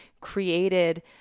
created